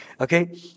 Okay